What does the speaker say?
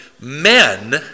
men